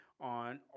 on